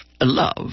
love